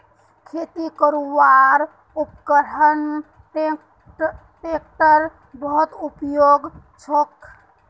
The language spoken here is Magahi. खेती करवार उपकरनत ट्रेक्टर बहुत उपयोगी छोक